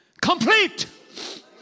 complete